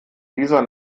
dieser